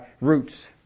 roots